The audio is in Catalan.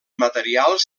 materials